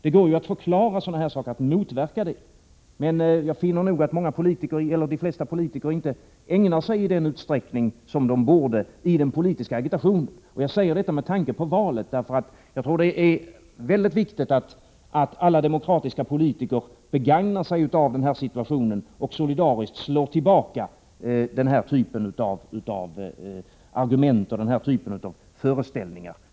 Det går att förklara sådana här saker och motverka dessa fördomar. Men de flesta politiker ägnar sig inte i den utsträckning som de borde åt den politiska agitationen. Jag säger detta med tanke på valet, eftersom jag tror att det är väldigt viktigt att alla demokratiska politiker begagnar sig av denna situation och solidariskt slår tillbaka den här typen av argument och föreställningar.